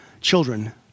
children